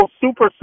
super